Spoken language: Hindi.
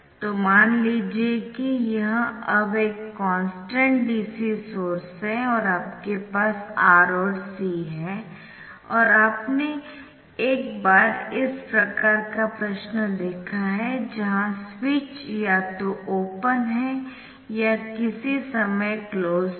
तो मान लीजिए कि यह अब एक कॉन्स्टन्ट DC सोर्स है और आपके पास R और C है और आपने एक बार इस प्रकार का प्रश्न देखा है जहां स्विच या तो ओपन है या किसी समय क्लोज्ड है